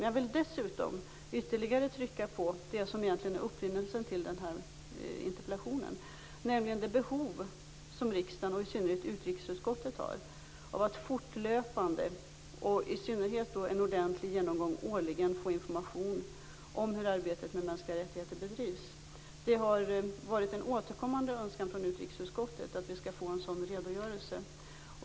Jag vill dessutom ytterligare trycka på det som är upprinnelsen till denna interpellation, nämligen det behov som riksdagen och i synnerhet utrikesutskottet har av att fortlöpande få information om hur arbetet med mänskliga rättigheter bedrivs. Det behövs i synnerhet en ordentlig årlig genomgång. Det har varit en återkommande önskan från utrikesutskottet att vi skall få en sådan redogörelse.